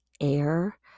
Air